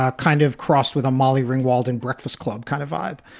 ah kind of crossed with a molly ringwald and breakfast club kind of vibe.